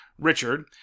Richard